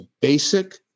basic